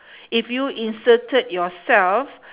if you inserted yourself